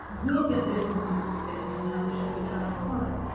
will get differences of opinion on how it should be transcribed.